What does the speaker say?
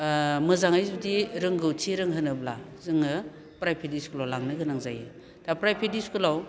मोजाङै जुदि रोंगौथि रोंहोनोब्ला जोङो प्राइभेट इस्कुलाव लांनो गोनां जायो दा प्राइभेट इस्कुलाव